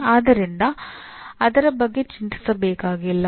ಆದ್ದರಿಂದ ಅದರ ಬಗ್ಗೆ ಚಿಂತಿಸಬೇಕಾಗಿಲ್ಲ